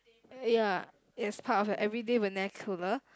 ya it's part of the everyday when there cooler